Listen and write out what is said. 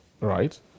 right